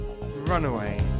Runaway